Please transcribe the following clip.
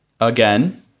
Again